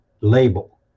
label